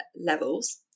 levels